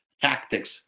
tactics